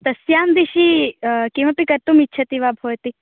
तस्यां दिशि किमपि कर्तुम् इच्छति वा भवति